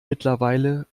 mittlerweile